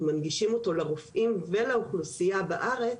מנגישים אותו לרופאים ולאוכלוסייה בארץ,